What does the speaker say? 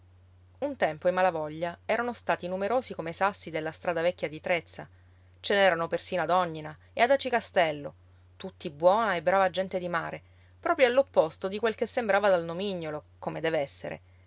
un tempo i malavoglia erano stati numerosi come i sassi della strada vecchia di trezza ce n'erano persino ad ognina e ad aci castello tutti buona e brava gente di mare proprio all'opposto di quel che sembrava dal nomignolo come dev'essere